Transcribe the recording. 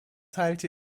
halte